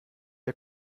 der